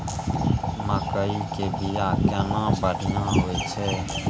मकई के बीया केना बढ़िया होय छै?